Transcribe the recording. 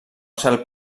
cel